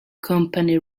company